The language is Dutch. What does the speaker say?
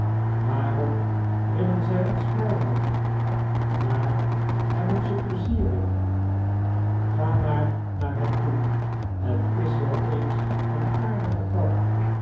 waarom willen zij ons vrijhouden daar hebben ze plezier in ga maar naar hen toe het is wel eens een aardige grap